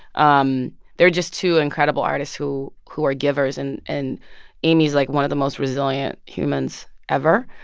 um they are just two incredible artists who who are givers. and and amy's, like, one of the most resilient humans ever.